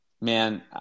man